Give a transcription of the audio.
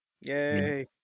Yay